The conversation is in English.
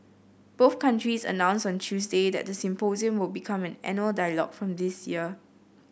both countries announced on Tuesday that the symposium will become an annual dialogue from this year